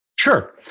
Sure